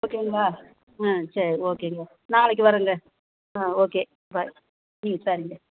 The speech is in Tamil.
ஓகேங்களா ஆ சரி ஓகேங்க நாளைக்கு வர்றேங்க ஆ ஓகே பை ம் சரிங்க